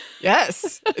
Yes